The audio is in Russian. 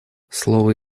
слово